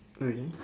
really